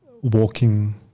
walking